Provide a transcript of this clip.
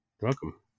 welcome